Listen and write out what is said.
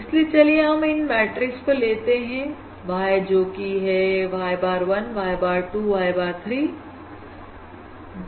इसलिए चलिए हम इन मैट्रिक्स को लेते हैं Y जोकि है y bar 1 y bar 2 y bar 3